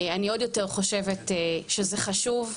אני עוד יותר חושבת שזה חשוב.